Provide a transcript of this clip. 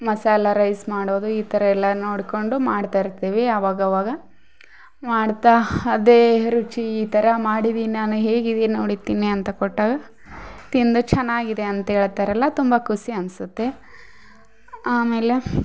ಮಸಾಲೆ ರೈಸ್ ಮಾಡೋದು ಈ ಥರಯೆಲ್ಲ ನೋಡಿಕೊಂಡು ಮಾಡ್ತಾಯಿರ್ತೀವಿ ಅವಾಗ ಅವಾಗ ಮಾಡ್ತಾ ಅದೇ ರುಚಿ ಈ ಥರ ಮಾಡಿದೀನಿ ನಾನು ಹೇಗಿದೆ ನೋಡಿ ತಿನ್ನಿ ಅಂತ ಕೊಟ್ಟಾಗ ತಿಂದು ಚೆನ್ನಾಗಿದೆ ಅಂತ ಹೇಳ್ತಾರಲ ತುಂಬ ಖುಷಿ ಅನ್ನಿಸುತ್ತೆ ಆಮೇಲೆ